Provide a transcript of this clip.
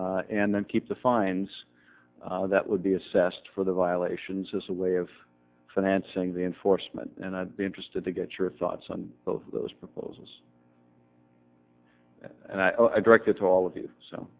violations and then keep the fines that would be assessed for the violations as a way of financing the enforcement and i'd be interested to get your thoughts on both of those proposals and i directed to all of you so